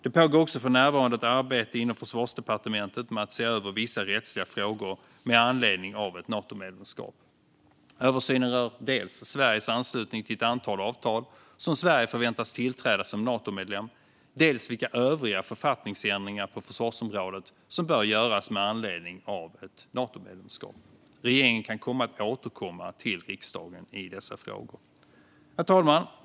Det pågår också för närvarande ett arbete inom Försvarsdepartementet med att se över vissa rättsliga frågor med anledning av ett Natomedlemskap. Översynen rör dels Sveriges anslutning till ett antal avtal som Sverige förväntas tillträda som Natomedlem, dels vilka övriga författningsändringar på försvarsområdet som bör göras med anledning av ett Natomedlemskap. Regeringen kan komma att återkomma till riksdagen i dessa frågor. Herr talman!